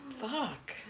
fuck